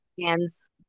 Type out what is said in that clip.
Hands